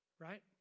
Right